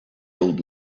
old